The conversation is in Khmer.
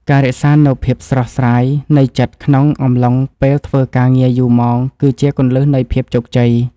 ការរក្សានូវភាពស្រស់ស្រាយនៃចិត្តក្នុងអំឡុងពេលធ្វើការងារយូរម៉ោងគឺជាគន្លឹះនៃភាពជោគជ័យ។